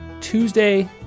Tuesday